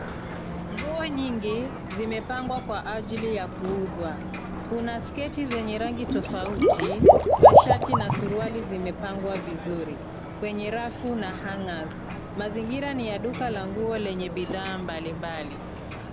Nguo nyingi zimepangwa kwa ajili ya kuuzwa. Kuna sketi zenye rangi tofauti, mashati na suruali zimepangwa vizuri kwenye rafu na hungers . Mazingira ni ya duka la nguo lenye bidhaa mbalimbali.